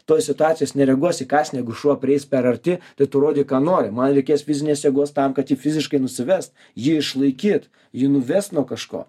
toj situacijoj jis nereaguos įkąs negu šuo prieis per arti tai tu rodyk ką nori man reikės fizinės jėgos tam kad jį fiziškai nusivest jį išlaikyt jį nuvest nuo kažko